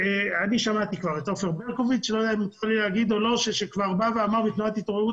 אני שמעתי את דוקטור ברקוביץ' שאמר בתנועת התעוררות